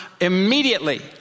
immediately